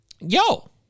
Yo